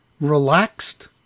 relaxed